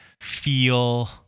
feel